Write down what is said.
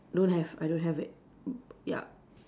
don't have I don't have it mm ya